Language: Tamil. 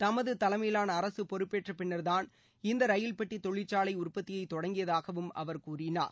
தமது தலைமையிலான அரசு பொறுப்பேற்றபின்னர் தான் இந்த ரயில் பெட்டித் தொழிற்சாலை உற்பத்தியைத் தொடங்கியதாகவும் அவர் கூறினார்